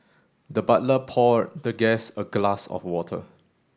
the butler poured the guest a glass of water